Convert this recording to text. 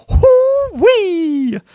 Hoo-wee